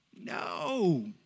No